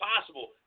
possible